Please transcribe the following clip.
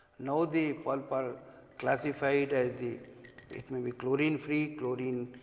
now, the pulp are classified as the it may be chlorine, free chlorine,